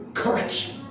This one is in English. correction